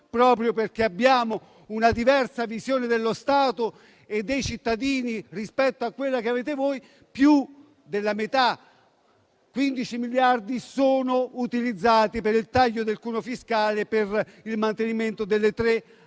proprio perché abbiamo una visione dello Stato e dei cittadini diversa dalla vostra, più della metà, 15 miliardi, sono utilizzati per il taglio del cuneo fiscale e per il mantenimento delle tre aliquote